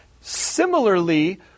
Similarly